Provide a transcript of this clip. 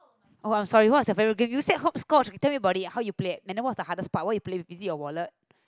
oh I'm sorry what was your favourite game you said hopscotch okay tell me about it how you play it and then what's the hardest part how you play it is it your wallet